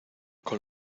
con